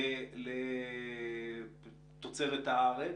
לתוצרת הארץ,